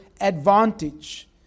advantage